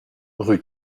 rue